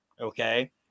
okay